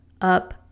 up